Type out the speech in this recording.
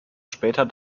später